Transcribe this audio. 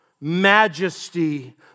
majesty